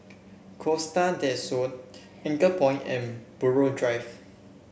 Costa Del Sol Anchorpoint and Buroh Drive